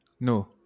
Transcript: No